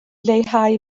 leihau